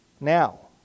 now